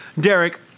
Derek